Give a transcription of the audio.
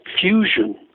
fusion